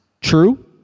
True